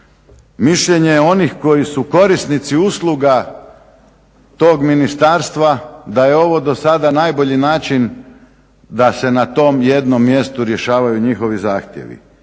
Mišljenje je onih koji su korisnici usluga tog ministarstva da je ovo do sada najbolji način da se na tom jednom mjestu rješavaju njihovi zahtjevi.